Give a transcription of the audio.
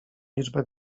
liczbę